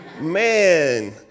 Man